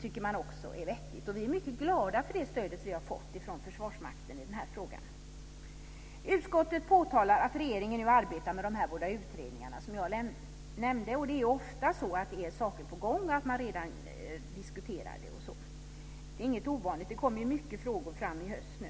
tycker man också är vettigt. Vi är mycket glada för det stöd vi har fått från Försvarsmakten i frågan. Utskottet påtalar att regeringen nu arbetar med de båda utredningar jag nämnde. Det är ofta så att saker är på gång och att man redan diskuterar det. Det är inget ovanligt. Det kommer många frågor nu i höst.